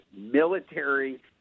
military